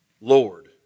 Lord